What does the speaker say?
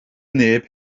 neb